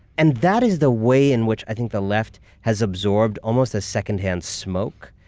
and that is the way in which i think the left has absorbed almost a secondhand smoke,